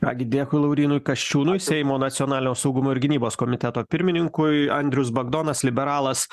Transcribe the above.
ką gi dėkui laurynui kasčiūnui seimo nacionalinio saugumo ir gynybos komiteto pirmininkui andrius bagdonas liberalas